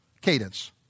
cadence